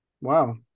wow